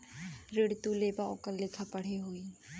ऋण तू लेबा ओकर लिखा पढ़ी होई